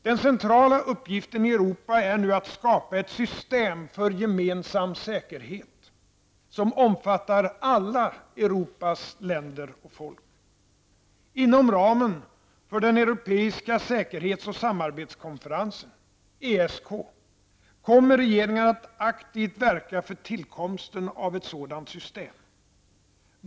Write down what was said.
Den centrala uppgiften i Europa är nu att skapa ett system för gemensam säkerhet, som omfattar alla ESK, kommer regeringen att aktivt verka för tillkomsten av ett sådant system.